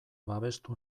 babestu